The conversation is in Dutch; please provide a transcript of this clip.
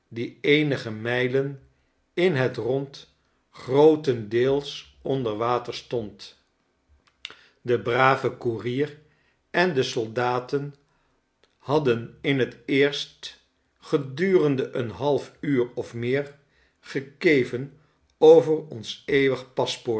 die eenige mijlen in het rond grootendeels onder water stond de brave koerier en de soldaten hadden in het eerst gedurende een half uur of meer gekeven over ons eeuwig paspoort